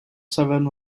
seven